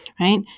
right